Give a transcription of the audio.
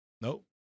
Nope